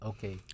Okay